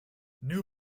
new